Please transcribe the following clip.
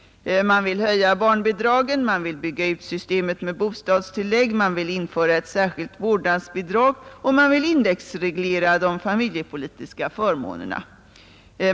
Man vill höja barnbidragen, man vill bygga ut systemet med bostadstillägg, man vill införa ett särskilt vårdnadsbidrag och man vill indexreglera de familjepolitiska förmånerna.